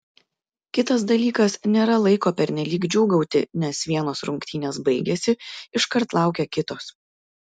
kitas dalykas nėra laiko pernelyg džiūgauti nes vienos rungtynės baigėsi iškart laukia kitos